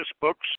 books